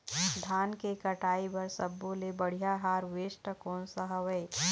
धान के कटाई बर सब्बो ले बढ़िया हारवेस्ट कोन सा हवए?